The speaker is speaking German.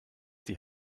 die